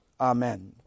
Amen